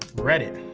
reddit.